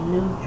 New